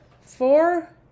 four